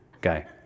guy